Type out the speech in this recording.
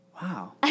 Wow